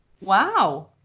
Wow